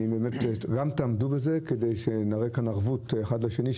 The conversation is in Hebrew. אני מקווה שתעמדו בזה כדי שנראה כאן ערבות הדדית אחד לשני,